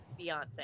Beyonce